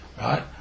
right